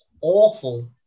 awful